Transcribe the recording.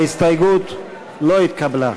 ההסתייגות לא התקבלה.